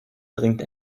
bringt